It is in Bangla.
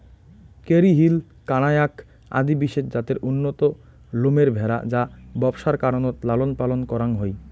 কেরী হিল, কানায়াক আদি বিশেষ জাতের উন্নত লোমের ভ্যাড়া যা ব্যবসার কারণত লালনপালন করাং হই